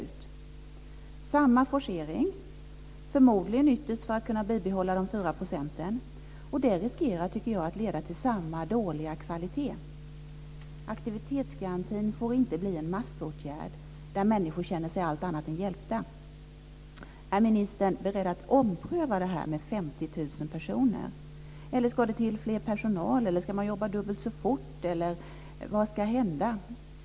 Det är samma forcering, förmodligen ytterst för att kunna behålla de fyra procenten. Det riskerar, tycker jag, att leda till samma dåliga kvalitet. Aktivitetsgarantin får inte bli en massåtgärd där människor känner sig allt annat än hjälpta. Är ministern beredd att ompröva det här med 50 000 personer? Eller ska det till mer personal? Eller ska man jobba dubbelt så fort? Vad ska hända?